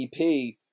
EP